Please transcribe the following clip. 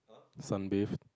some beef